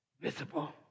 visible